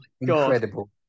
incredible